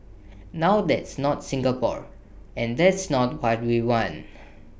now that's not Singapore and that's not why we want